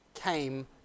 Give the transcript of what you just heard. came